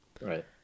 Right